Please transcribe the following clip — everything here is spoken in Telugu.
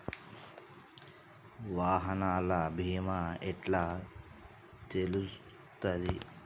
వాహనాల బీమా ఎట్ల తెలుస్తది?